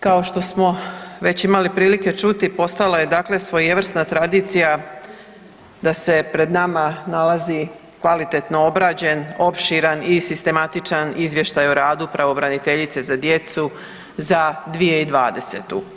Kao što smo već imali prilike čuti postala je svojevrsna tradicija da se pred nama nalazi kvalitetno obrađen, opširan i sistematičan izvještaj o radu pravobraniteljice za djecu za 2020.